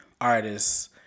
artists